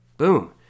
boom